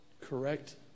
correct